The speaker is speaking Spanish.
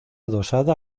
adosada